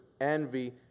envy